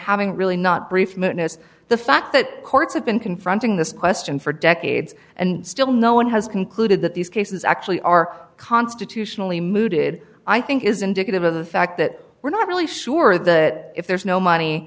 having really not brief mina's the fact that courts have been confronting this question for decades and still no one has concluded that these cases actually are constitutionally mooted i i think is indicative of the fact that we're not really sure that if there's no money